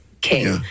king